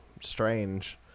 strange